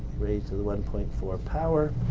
raised to the one point four power.